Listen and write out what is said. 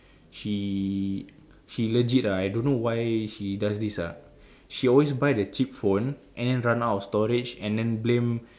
she she legit ah I don't know why she does this ah she always buy the cheap phone and than run out of storage and then blame